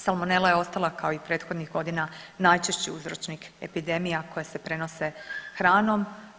Salmonela je ostala kao i prethodnih godina najčešći uzročnik epidemija koje se prenose hranom.